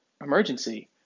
emergency